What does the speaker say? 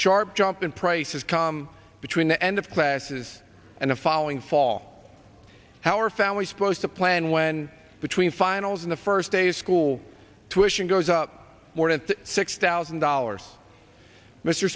sharp jump in prices come between the end of classes and the following fall how are families supposed to plan when between finals in the first day of school tuition goes up more than six thousand dollars mr